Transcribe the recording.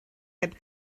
heb